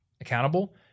accountable